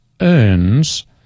earns